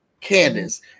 Candace